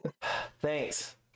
Thanks